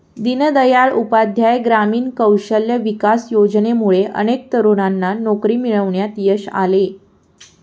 दीनदयाळ उपाध्याय ग्रामीण कौशल्य विकास योजनेमुळे अनेक तरुणांना नोकरी मिळवण्यात यश आले